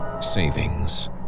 savings